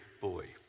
boy